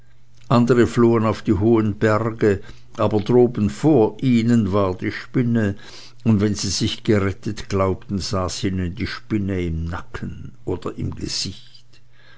andere flohen auf die hohen berge aber droben vor ihnen war die spinne und wenn sie sich gerettet glaubten so saß ihnen die spinne im nacken oder im gesicht